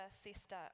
sister